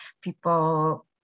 people